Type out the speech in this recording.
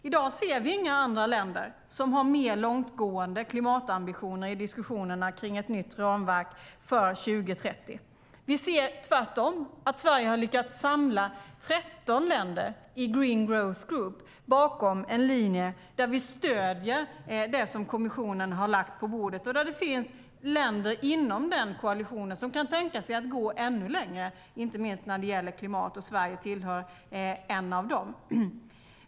I dag ser vi inga andra länder som har mer långtgående klimatambitioner i diskussionerna om ett nytt ramverk för 2030. Tvärtom ser vi att Sverige lyckats samla 13 länder i Green Growth Group bakom en linje där vi stöder det som kommissionen lagt fram. Inom den koalitionen finns det länder som dessutom kan tänka sig att gå ännu längre, inte minst när det gäller klimatet. Sverige är ett av dem.